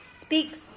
speaks